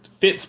fits